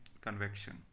convection